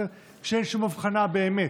כשאין שום הבחנה באמת.